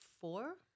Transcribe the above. four